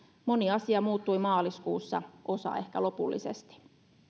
moni asia muuttui maaliskuussa osa ehkä lopullisesti